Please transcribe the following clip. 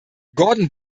gordon